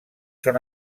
són